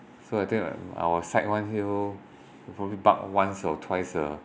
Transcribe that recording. so I think when I was sec one till it probably barked once or twice a